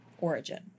origin